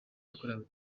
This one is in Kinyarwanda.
yakorewe